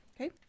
Okay